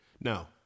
Now